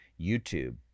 YouTube